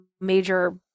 major